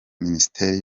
minisiteri